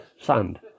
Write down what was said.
sand